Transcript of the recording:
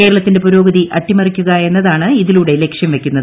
കേരളത്തിന്റെ പുരോഗതി അട്ടിമറിക്കുക എന്നതാണ് ഇതിലൂടെ ലക്ഷ്യം വെക്കുന്നത്